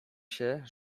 się